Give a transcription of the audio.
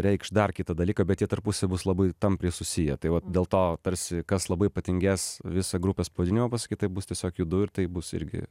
reikš dar kitą dalyką bet jie tarpusavy bus labai tampriai susiję tai va dėl to tarsi kas labai patingės visą grupės pavadinimą pasakyt tai bus tiesiog judu ir tai bus irgi